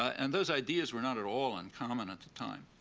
and those ideas were not at all uncommon at the time.